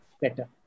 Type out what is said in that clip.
better